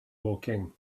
woking